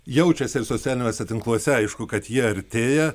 jaučiasi ir socialiniuose tinkluose aišku kad jie artėja